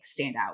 standout